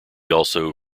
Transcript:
also